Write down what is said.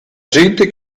gente